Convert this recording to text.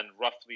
roughly